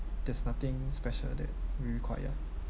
there's nothing special that we require